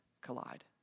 collide